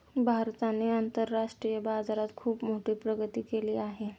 भारताने आंतरराष्ट्रीय बाजारात खुप मोठी प्रगती केली आहे